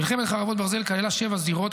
מלחמת חרבות ברזל כללה שבע זירות,